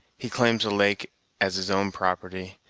he claims the lake as his own property,